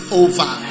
over